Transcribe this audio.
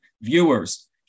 viewers